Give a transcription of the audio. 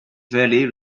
valley